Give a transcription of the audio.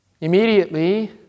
Immediately